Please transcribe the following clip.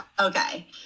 Okay